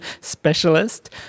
specialist